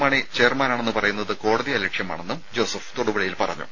മാണി ചെയർമാനാണെന്ന് പറയുന്നത് കോടതിയലക്ഷ്യമാണെന്നും ജോസഫ് തൊടുപുഴയിൽ പറഞ്ഞു